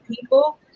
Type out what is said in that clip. people